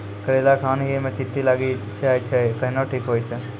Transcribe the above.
करेला खान ही मे चित्ती लागी जाए छै केहनो ठीक हो छ?